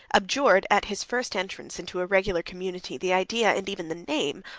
abjured, at his first entrance into a regular community, the idea, and even the name,